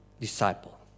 disciple